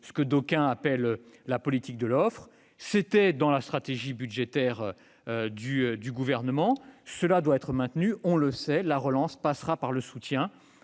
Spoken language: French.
que d'aucuns appellent la politique de l'offre, était déjà dans la stratégie budgétaire du Gouvernement. Il doit être maintenu, car, on le sait, la relance passera par le soutien